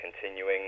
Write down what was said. continuing